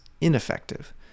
ineffective